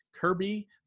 Kirby